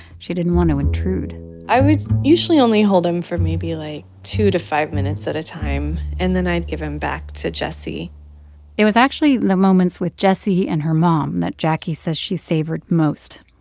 she didn't want to intrude i would usually only hold him for maybe, like, two to five minutes at a time, and then i'd give him back to jessie it was actually the moments with jessie and her mom that jacquie says she savored most.